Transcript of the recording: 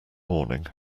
morning